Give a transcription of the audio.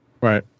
Right